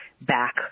back